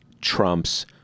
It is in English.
Trump's